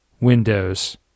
windows